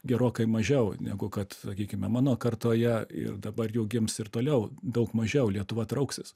gerokai mažiau negu kad sakykime mano kartoje ir dabar jau gims ir toliau daug mažiau lietuva trauksis